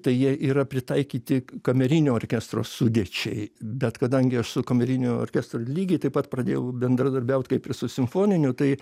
tai jie yra pritaikyti kamerinio orkestro sudėčiai bet kadangi aš su kameriniu orkestru lygiai taip pat pradėjau bendradarbiaut kaip ir su simfoniniu tai